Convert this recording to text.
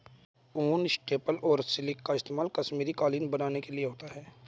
ऊन, स्टेपल और सिल्क का इस्तेमाल कश्मीरी कालीन बनाने के लिए होता है